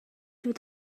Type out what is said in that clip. would